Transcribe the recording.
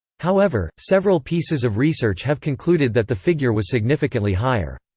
however, several pieces of research have concluded that the figure was significantly higher.